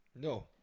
No